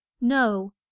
No